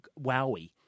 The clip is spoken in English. Wowie